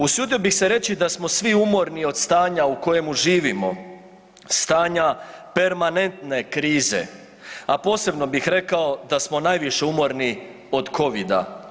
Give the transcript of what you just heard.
Usudio bih se reći da smo svi umorni od stanja u kojemu živimo, stanja permanentne krize, a posebno bih rekao da smo najviše umorni od covida.